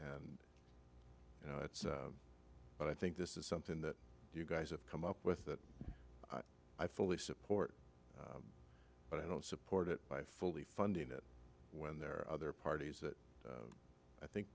and you know it's but i think this is something that you guys have come up with that i fully support but i don't support it by fully funding it when there are other parties that i think